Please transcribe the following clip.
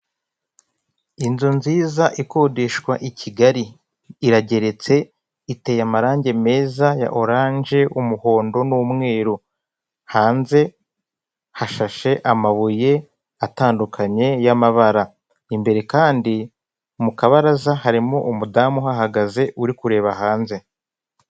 Inzu nziza ikodeshwa i Kigali irageretse iteye amarangi meza ya oranje, umuhondo n'umweru. Hanze hashashe amabuye atandukanye y'amabara. Imbere kandi mu kabaraza hari umudamu uhahagaze uri kureba hanze.